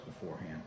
beforehand